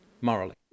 morally